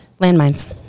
landmines